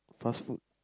fast food